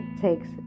takes